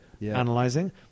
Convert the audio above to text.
analyzing